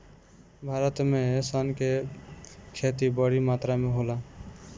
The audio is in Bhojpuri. भारत में सन के खेती बड़ी मात्रा में होला